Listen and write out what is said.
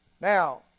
Now